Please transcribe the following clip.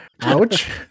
Ouch